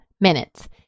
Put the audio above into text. minutes